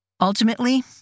Ultimately